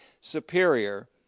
superior